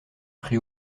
pris